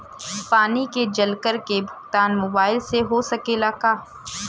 पानी के जल कर के भुगतान मोबाइल से हो सकेला का?